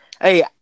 hey